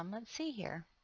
um let's see here.